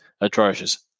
atrocious